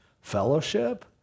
fellowship